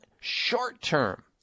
short-term